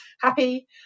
happy